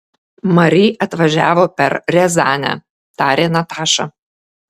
mari atvažiavo per riazanę tarė nataša